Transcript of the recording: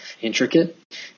intricate